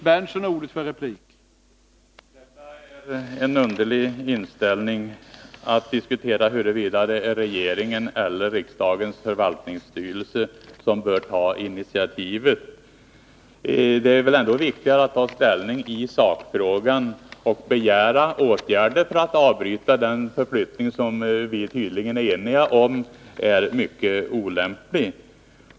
Herr talman! Det är något underligt att diskutera huruvida det är regeringen eller riksdagens förvaltningsstyrelse som bör ta initiativ. Det är väl ändå viktigare att ta ställning i sakfrågan och begära åtgärder för att avbryta den förflyttning som vi tydligen är eniga om är mycket olämplig.